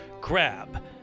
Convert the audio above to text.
grab